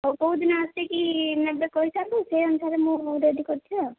ହେଉ କଉ ଦିନ ଆସିକି ନେବେ କହିଥାନ୍ତୁ ସେଇ ଅନୁସାରେ ମୁଁ ରେଡ଼ି କରିଥିବି ଆଉ